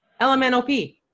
LMNOP